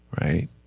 right